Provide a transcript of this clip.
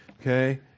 Okay